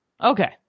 Okay